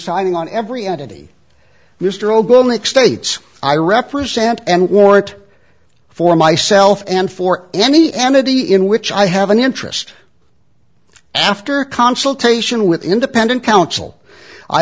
signing on every entity mr ogle nik states i represent and wore it for myself and for any entity in which i have an interest after consultation with independent counsel i